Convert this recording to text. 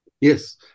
Yes